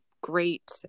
great